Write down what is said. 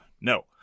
No